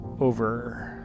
over